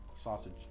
Sausage